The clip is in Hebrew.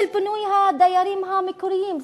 של פינוי הדיירים המקוריים.